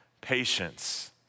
patience